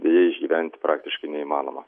deja išvengti praktiškai neįmanoma